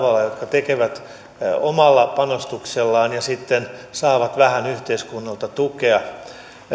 tekevät tätä omalla panostuksellaan ja sitten saavat vähän yhteiskunnalta tukea